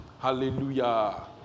Hallelujah